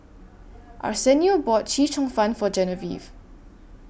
Arsenio bought Chee Cheong Fun For Genevieve